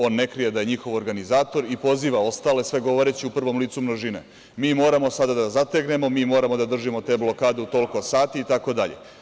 On ne krije da je njihov organizator i poziva ostale, sve govoreći u prvom licu množine - mi moramo sada da zategnemo, mi moramo da držimo te blokade u toliko sati itd.